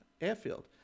airfield